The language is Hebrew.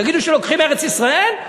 תגידו שלוקחים ארץ-ישראל?